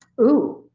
ooh,